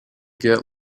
get